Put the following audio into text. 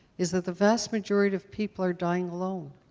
is that the vast majority of people are dying alone.